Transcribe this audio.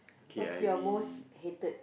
what's your most hated